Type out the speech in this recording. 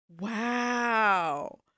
Wow